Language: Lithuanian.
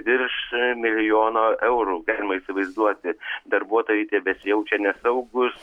virš milijono eurų galima įsivaizduoti darbuotojai tebesijaučia nesaugūs